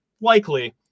likely